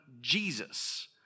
Jesus